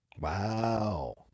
Wow